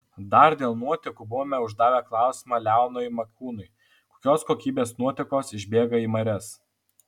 dar dėl nuotekų buvome uždavę klausimą leonui makūnui kokios kokybės nuotekos išbėga į marias